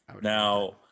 Now